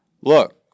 Look